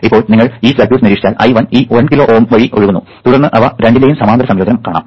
ഇപ്പോൾ നിങ്ങൾ ഈ സർക്യൂട്ട് നിരീക്ഷിച്ചാൽ I1 ഈ 1 കിലോ Ω വഴി ഒഴുകുന്നു തുടർന്ന് ഇവ രണ്ടിന്റെയും സമാന്തര സംയോജനം കാണാം